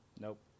Nope